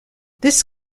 this